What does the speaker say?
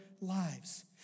lives